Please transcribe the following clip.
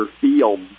field